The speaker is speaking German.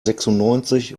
sechsundneunzig